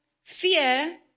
fear